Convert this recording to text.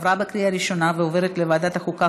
לוועדת החוקה,